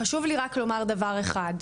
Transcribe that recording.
חשוב לי רק לומר דבר אחד לסיום,